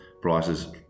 prices